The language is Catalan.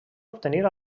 obtenir